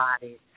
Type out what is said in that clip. bodies